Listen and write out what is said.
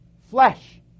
flesh